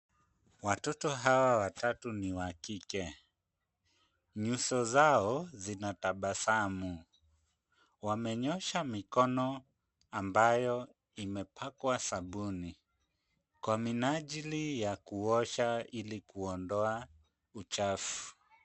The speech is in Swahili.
Watoto hawa watatu ni wakike nyuso zao zinatabasamu wamenyosha mikono ambayo imepakwa sabuni kwa minajili ya kuosha ili kuondoa uchafu.